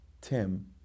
Tim